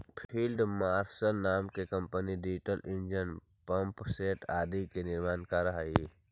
field Marshal नाम के company diesel engine, pumpset आदि के निर्माण करऽ हई